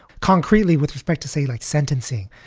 concretely, with respect to see like sentencing,